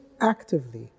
actively